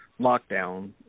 lockdown